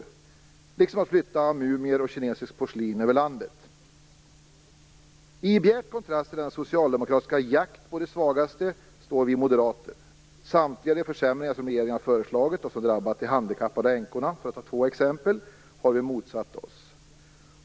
Detsamma gäller detta med att flytta mumier och kinesiskt porslin över landet. I bjärt kontrast till den socialdemokratiska jakten på de svagaste står vi moderater. Samtliga försämringar som regeringen har föreslagit - för de handikappade och för änkorna, för att två exempel - har vi motsatt oss.